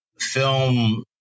film